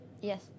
Yes